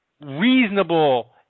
reasonable